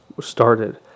started